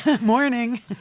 Morning